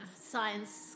Science